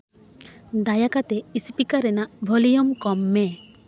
ᱫᱟᱭᱟ ᱠᱟᱛᱮᱫ ᱤᱥᱯᱤᱠᱟᱨ ᱨᱮᱱᱟᱜ ᱵᱷᱚᱞᱤᱭᱟᱢ ᱠᱚᱢ ᱢᱮ